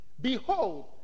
Behold